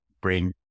bring